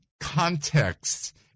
context